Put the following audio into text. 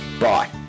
Bye